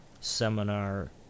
seminar